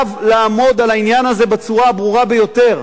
חייב לעמוד על העניין הזה בצורה הברורה ביותר,